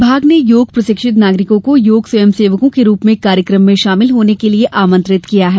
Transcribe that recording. विमाग ने योग प्रशिक्षित नागरिकों को योग स्वयं सेवकों के रूप में कार्यक्रम में शामिल होने के लिये आमंत्रित किया है